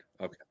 Okay